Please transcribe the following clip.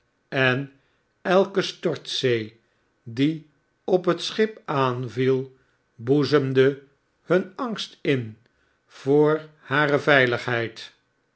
en elke stortzee die op het schip aanviel boezemde hun angst in voor hare veiligheid